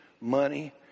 money